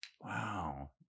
wow